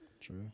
True